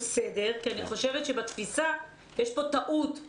שאומרים לי שזה לא נכון שצריך רק למלא תעודת זהות,